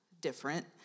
different